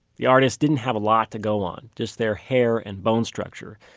the artist didn't have a lot to go on just their hair and bone structure,